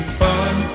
fun